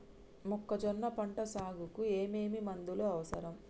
మొక్కజొన్న పంట సాగుకు ఏమేమి మందులు అవసరం?